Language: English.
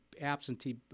absentee